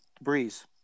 Breeze